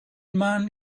man